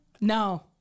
No